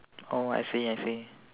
oh I see I see